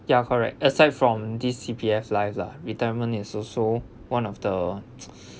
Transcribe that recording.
ya correct aside from this C_P_F life lah retirement is also one of the